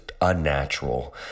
unnatural